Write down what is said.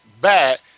back